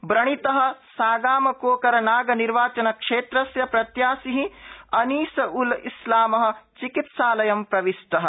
व्रणितः सागाम कोकरनाग निर्वाचन क्षेत्रस्य प्रत्याशिः अनीस उल इस्लामः चिकित्सालयं प्रविष्टः